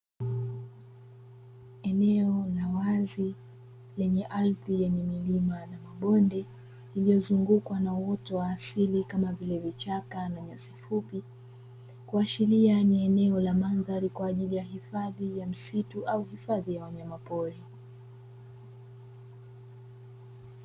Eneo la wazi lenye ardhi yenye milima na mabonde lililozungukwa na uoto wa asili kama vile, vichaka na nyasi fupi. Kuashiria ni eneo la mandhari kwa ajili ya msitu au hifadhi ya wanyama pori.